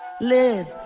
Live